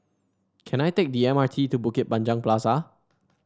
can I take the M R T to Bukit Panjang Plaza